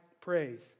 praise